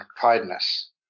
kindness